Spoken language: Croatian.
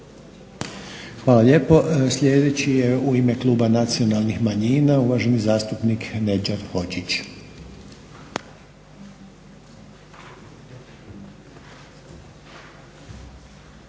Hvala lijepo. Sljedeći je u ime Kluba nacionalnih manjina uvaženi zastupnik Nedžad Hodžić.